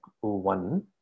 one